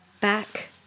Back